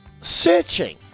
searching